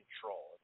control